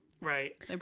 right